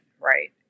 right